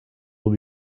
will